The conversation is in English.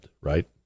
right